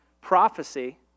prophecy